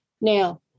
Now